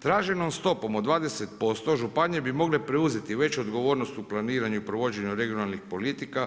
Traženom stopom od 20% županije bi mogle preuzeti veću odgovornost u planiranju i provođenju regionalnih politika,